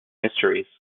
mysteries